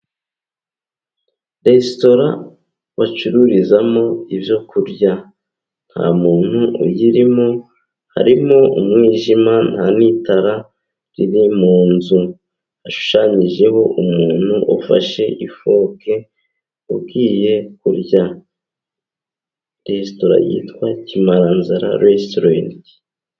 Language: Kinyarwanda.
Resitora bacururizamo ibyo kurya, nta muntu uyirimo, harimo umwijima nta n'itara riri mu nzu. Hashushanyijeho umuntu ufashe ifoke ugiye kurya. Resitora yitwa kimaranzara resitorenti.